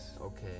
okay